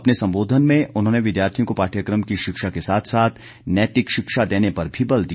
अपने सम्बोधन में उन्होंने विद्यार्थियों को पाठ्यक्रम की शिक्षा के साथ साथ नैतिक शिक्षा देने पर भी बल दिया